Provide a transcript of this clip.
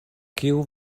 kiu